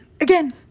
again